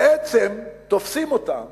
בעצם תופסים אותן